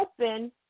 open